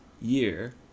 year